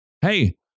Hey